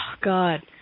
God